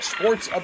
Sports